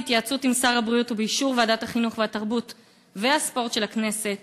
בהתייעצות עם שר הבריאות ובאישור ועדת החינוך והתרבות והספורט של הכנסת,